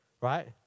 Right